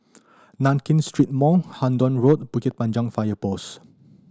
Nankin Street Mall Hendon Road Bukit Panjang Fire Post